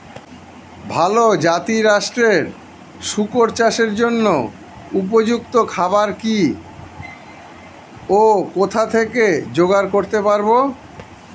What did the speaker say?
ভালো জাতিরাষ্ট্রের শুকর চাষের জন্য উপযুক্ত খাবার কি ও কোথা থেকে জোগাড় করতে পারব?